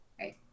right